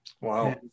Wow